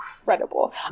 incredible